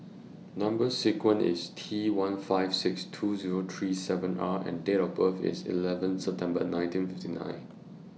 Number sequence IS T one five six two Zero three seven R and Date of birth IS eleventh September nineteen fifty nine